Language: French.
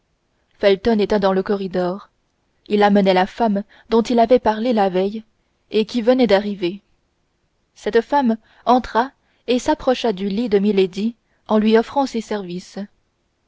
felton était dans le corridor il amenait la femme dont il avait parlé la veille et qui venait d'arriver cette femme entra et s'approcha du lit de milady en lui offrant ses services